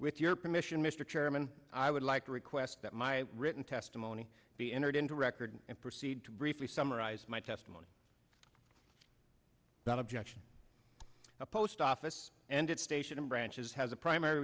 with your permission mr chairman i would like to request that my written testimony be entered into a record and proceed to briefly summarize my testimony not objection a post office and it station branches has a primary